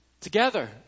together